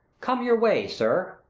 come your ways, sir.